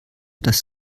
das